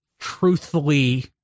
truthfully